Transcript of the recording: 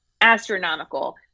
astronomical